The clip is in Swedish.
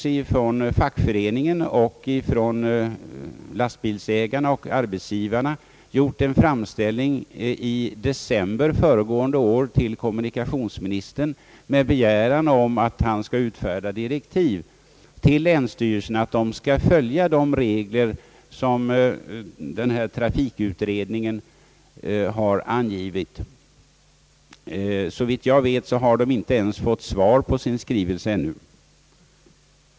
Fackföreningarna, lastbilsägarna och arbetsgivarna har i gemensam skrivelse i december föregående år gjort en framställning till kommunikationsministern med begäran att han skulle utfärda direktiv till länsstyrelserna att följa de regler som trafikutredningen har angivit. Såvitt jag vet har de ännu inte ens fått svar på sin skrivelse.